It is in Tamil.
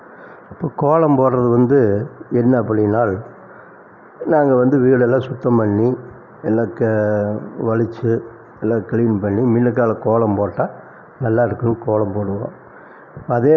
இப்போ கோலம் போடுறது வந்து என்ன அப்படினால் நாங்கள் வந்து வீட்டெல்லாம் சுத்தம் பண்ணி எல்லாம் க வழித்து நல்லா கிளீன் பண்ணி முன்னக்கால கோலம் போட்டால் நல்லா இருக்குன்னு கோலம் போடுவோம் அதே வந்து